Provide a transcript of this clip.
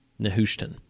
Nehushtan